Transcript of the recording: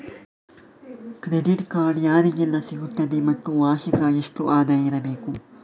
Credit card ಯಾರಿಗೆಲ್ಲ ಸಿಗುತ್ತದೆ ಮತ್ತು ವಾರ್ಷಿಕ ಎಷ್ಟು ಆದಾಯ ಇರಬೇಕು?